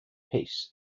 peace